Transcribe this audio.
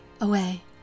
away